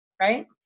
right